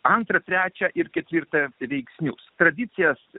antra trečia ir ketvirta veiksnių tradicijos